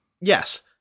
Yes